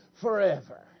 forever